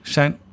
...zijn